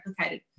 replicated